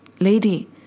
lady